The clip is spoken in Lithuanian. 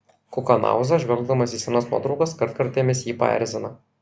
kukanauza žvelgdamas į senas nuotraukas kartkartėmis jį paerzina